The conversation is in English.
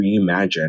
reimagine